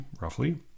roughly